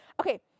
Okay